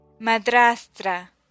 madrastra